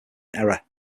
error